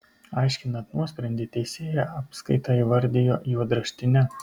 aiškinant nuosprendį teisėja apskaitą įvardijo juodraštine